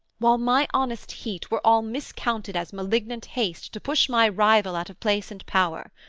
while my honest heat were all miscounted as malignant haste to push my rival out of place and power.